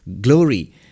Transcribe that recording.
glory